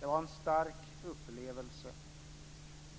Det var en stark upplevelse.